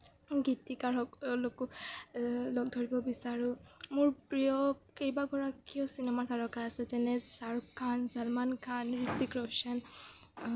গীতিকাৰসকলকো লগ ধৰিব বিচাৰোঁ মোৰ প্ৰিয় কেইবাগৰাকীও চিনেমা তাৰকা আছে যেনে শ্বাহৰুখ খান ছলমান খান হৃত্বিক ৰোশ্বন